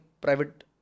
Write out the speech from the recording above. private